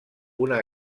una